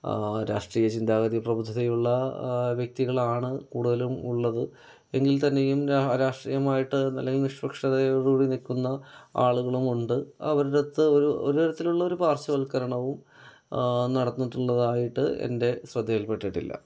രാഷ്ട്രീയ ചിന്താഗതി പ്രബുദ്ധതയുള്ള വ്യക്തികളാണ് കൂടുതലും ഉള്ളത് എങ്കിൽ തന്നെയും രാഷ്ട്രീയമായിട്ട് അല്ലെങ്കിൽ നിഷ്പക്ഷതയോട് കൂടി നിൽക്കുന്ന ആളുകളും ഉണ്ട് അവരുടെയടുത്ത് ഒരു തരത്തിലുള്ള പാർശ്വവൽക്കരണവും നടന്നിട്ടുള്ളതായിട്ട് എൻ്റെ ശ്രദ്ധയിൽ പെട്ടിട്ടില്ല